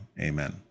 amen